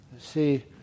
See